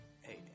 Hey